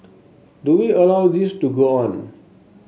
do we allow this to go on